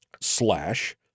slash